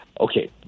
Okay